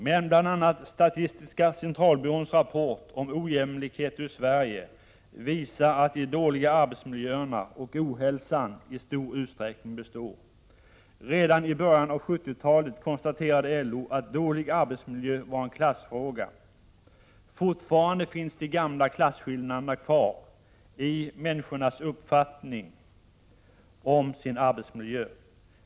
Men bl.a. statistiska centralbyråns rapport om ”Ojämlikheter i Sverige” visar att de dåliga arbetsmiljöerna och ohälsan i stor utsträckning består. Redan i början av 70-talet konstaterade LO att dålig arbetsmiljö var en klassfråga. Fortfarande finns de gamla klasskillnaderna kvar i människornas uppfattning om sin arbetsmiljö.